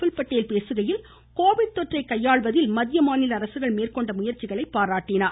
புல் பட்டேல் பேசுகையில் கோவிட் தொற்றை கையாள்வதில் மத்திய மாநில அரசுகள் மேற்கொண்ட முயற்சிகளை பாராட்டினார்